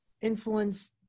influence